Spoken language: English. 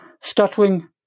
stuttering